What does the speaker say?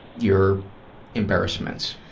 your embarrassments.